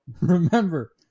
Remember